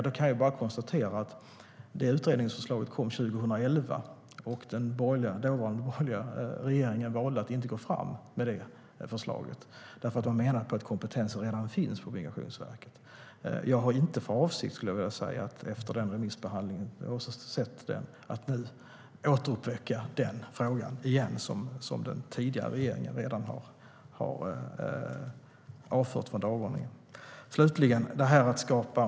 Då kan jag bara konstatera att detta utredningsförslag kom 2011 och att den dåvarande borgerliga regeringen valde att inte gå fram med detta förslag. Regeringen menade att kompetensen redan finns på Migrationsverket. Jag har inte för avsikt att efter den remissbehandlingen återuppväcka den fråga som den tidigare regeringen redan har avfört från dagordningen.